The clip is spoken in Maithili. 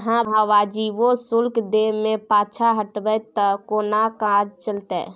अहाँ वाजिबो शुल्क दै मे पाँछा हटब त कोना काज चलतै